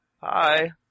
hi